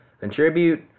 contribute